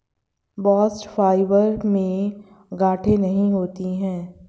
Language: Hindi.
बास्ट फाइबर में गांठे नहीं होती है